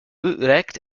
utrecht